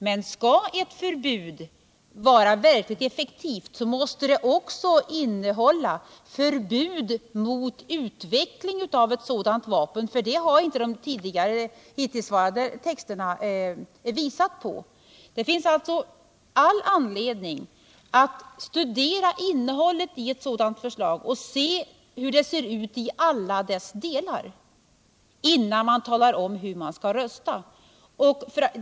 Men skall ett förbud vara verkligt effektivt måste det också innehålla förbud mot utveckling av ett sådant vapen. Det har inte de hittills framkomna texterna gjort. Det finns alltså all anledning att studera innehållet i ett sådant förslag och se hur det ser ut i alla sina delar innan man talar om hur man skall rösta.